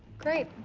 great.